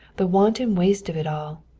the wanton waste of it all,